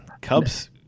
Cubs